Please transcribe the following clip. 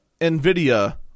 NVIDIA